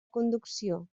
conducció